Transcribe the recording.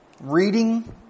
Reading